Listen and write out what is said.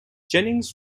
jennings